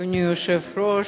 אדוני היושב-ראש,